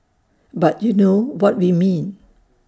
but you know what we mean